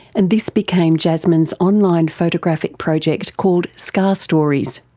and this became jasmine's online photographic project called scar stories.